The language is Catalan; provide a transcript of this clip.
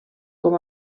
com